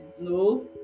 No